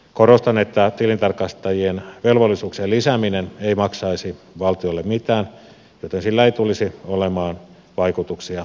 korostan että tilintarkastajien velvollisuuksien lisääminen ei maksaisi valtiolle mitään joten sillä ei tulisi olemaan vaikutuksia valtion budjettiin